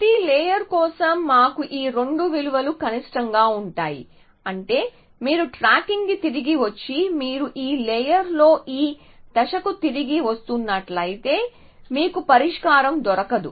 ప్రతి లేయర్ కోసం మాకు ఈ రెండు విలువలు కనిష్టంగా ఉంటాయి అంటే మీరు ట్రాకింగ్కి తిరిగి వచ్చి మీరు ఈ లేయర్ లో ఈ దశకు తిరిగి వస్తున్నట్లయితే మీకు పరిష్కారం దొరకదు